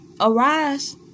arise